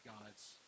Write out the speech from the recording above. God's